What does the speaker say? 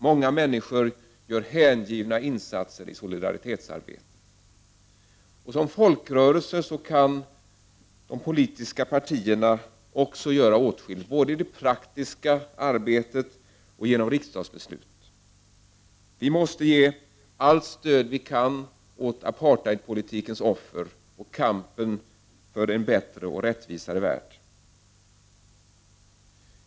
Många människor gör hängivna insatser i solidaritetsarbetet. Som folkrörelser kan våra politiska partier också göra åtskilligt, både i praktiskt arbete och genom riksdagsbeslut. Vi måste ge allt stöd vi kan åt apartheidpolitikens offer och kampen för en bättre och rättvisare värld.